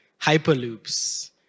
hyperloops